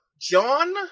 John